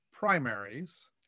primaries